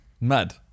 Mad